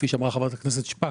כפי שאמרה חברת הכנסת שפק,